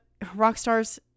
Rockstars